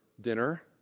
dinner